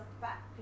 back